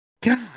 God